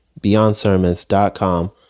beyondsermons.com